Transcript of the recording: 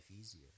easier